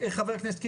חבר הכנסת קינלי,